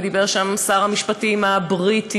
דיבר שם שר המשפטים הבריטי,